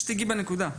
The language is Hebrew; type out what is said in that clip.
בנקודה.